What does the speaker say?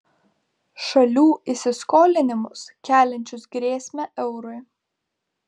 šalių įsiskolinimus keliančius grėsmę eurui